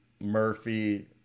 Murphy